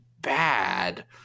bad